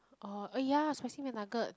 orh ah ya spicy McNugget